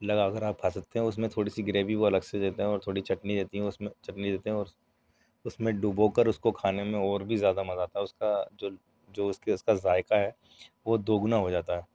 لگا کر آپ کھا سکتے ہیں اُس میں تھوڑی سی گریوی وہ الگ سے دیتے ہیں اور تھوڑی چٹنی رہتی ہیں اُس میں چٹنی دیتے ہیں اور اُس میں ڈبو کر اُس کو کھانے میں اور بھی زیادہ مزہ آتا ہے اُس کا جو جو اُس کے اُس کا ذائقہ ہے وہ دو گنا ہو جاتا ہے